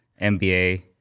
MBA